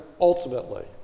ultimately